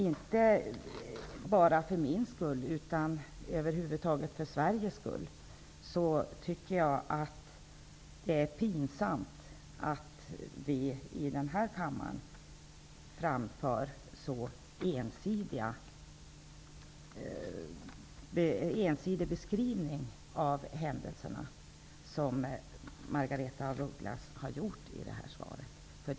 Inte bara för min skull, utan för Sveriges skull över huvud taget, tycker jag att det är pinsamt att det här i kammaren framförs en så ensidig beskrivning av händelserna som i Margaretha af Ugglas svar.